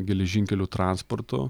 geležinkelių transportu